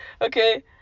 Okay